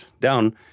down